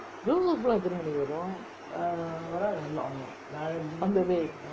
லாம் எத்தன மணிக்கு வருவான்:laam ethana manikku varuvaan on the way